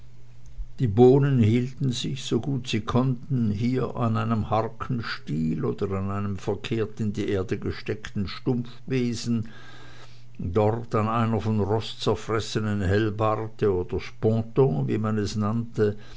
die bohnen hielten sich so gut sie konnten hier an einem harkenstiel oder an einem verkehrt in die erde gesteckten stumpfbesen dort an einer von rost zerfressenen helbarte oder sponton wie man es nannte